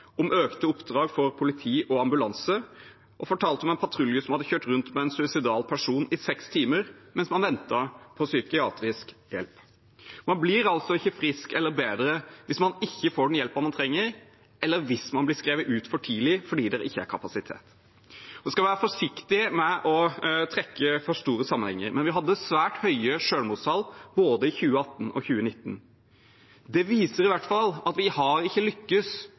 om økt antall oppdrag for politi og ambulanse og fortalte om en patrulje som hadde kjørt rundt på en suicidal person i seks timer mens man ventet på psykiatrisk hjelp. Man blir ikke frisk eller bedre hvis man ikke får den hjelpen man trenger, eller hvis man blir skrevet ut for tidlig fordi det ikke er kapasitet. Man skal være forsiktig med å se for store sammenhenger, men vi hadde svært høye selvmordstall både i 2018 og i 2019. Det viser i hvert fall at vi ikke har lykkes på det feltet sånn som vi har lykkes